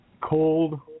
Cold